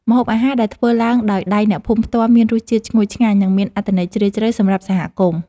ម្ហូបអាហារដែលធ្វើឡើងដោយដៃអ្នកភូមិផ្ទាល់មានរសជាតិឈ្ងុយឆ្ងាញ់ និងមានអត្ថន័យជ្រាលជ្រៅសម្រាប់សហគមន៍។